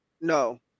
no